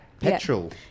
petrol